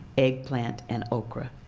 eggplant, and okra.